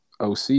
OC